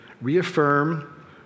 reaffirm